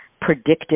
predictive